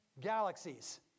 galaxies